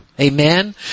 Amen